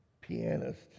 pianist